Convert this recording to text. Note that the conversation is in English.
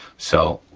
so